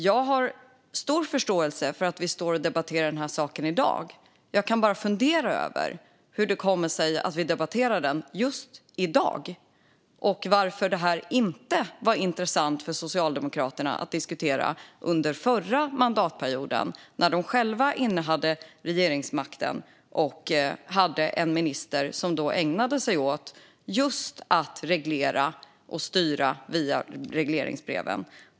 Jag har stor förståelse för att vi debatterar detta i dag, men jag funderar på hur det kommer sig att vi debatterar detta just nu och varför det inte var intressant för Socialdemokraterna att diskutera detta under förra mandatperioden när de ledde en regering med en kulturminister som just ägnade sig åt att styra genom regleringsbreven.